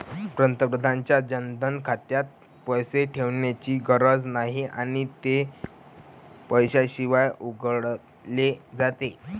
पंतप्रधानांच्या जनधन खात्यात पैसे ठेवण्याची गरज नाही आणि ते पैशाशिवाय उघडले जाते